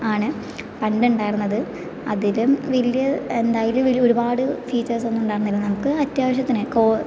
ആണ് പണ്ട് ഉണ്ടായിരുന്നത് അതിലും വലിയ എന്താ അതിലും വലിയ ഒരുപാട് ഫീച്ചേഴ്സൊന്നും ഉണ്ടായിരുന്നില്ല നമുക്ക് അത്യാവശ്യത്തിന് കോള്